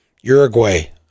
Uruguay